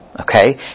Okay